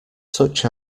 such